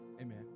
Amen